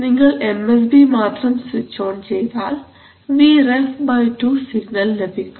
നിങ്ങൾ MSB മാത്രം switch on ചെയ്താൽ Vref2 സിഗ്നൽ ലഭിക്കും